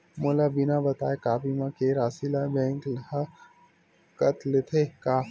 मोला बिना बताय का बीमा के राशि ला बैंक हा कत लेते का?